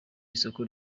isoko